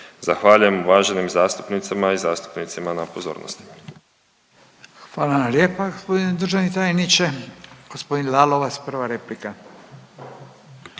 Zahvaljujem uvaženim zastupnicama i zastupnicima na pozornosti. **Radin, Furio (Nezavisni)** Hvala vam lijepa gospodine državni tajniče. Gospodin Lalovac, prva replika.